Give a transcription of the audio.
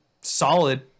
solid